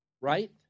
Right